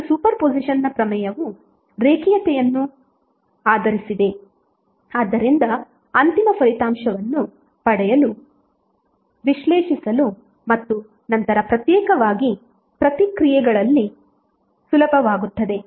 ಮತ್ತು superposition ಪ್ರಮೇಯವು ರೇಖೀಯತೆಯನ್ನು ಆಧರಿಸಿದೆ ಆದ್ದರಿಂದ ಅಂತಿಮ ಫಲಿತಾಂಶವನ್ನು ಪಡೆಯಲು ವಿಶ್ಲೇಷಿಸಲು ಮತ್ತು ನಂತರ ಪ್ರತ್ಯೇಕವಾಗಿ ಪ್ರತಿಕ್ರಿಯೆಗಳಲ್ಲಿ ಸುಲಭವಾಗುತ್ತದೆ